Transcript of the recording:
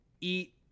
eat